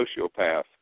sociopath